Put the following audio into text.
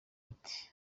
ati